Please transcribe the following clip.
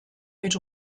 mit